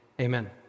amen